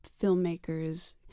filmmakers